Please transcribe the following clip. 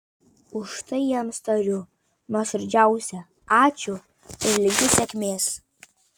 už tai jiems tariu nuoširdžiausią ačiū ir linkiu sėkmės